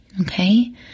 Okay